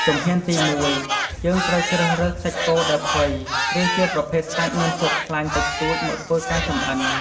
ជំហានទីមួយ យើងត្រូវជ្រើសរើសសាច់គោដែលផុយ ឬជាប្រភេទសាច់មានជាប់ខ្លាញ់តិចតួចមកធ្វើការចំអិន។